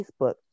Facebook